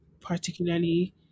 particularly